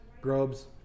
grubs